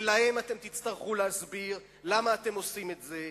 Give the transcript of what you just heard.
ולהם תצטרכו להסביר למה אתם עושים את זה,